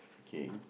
okay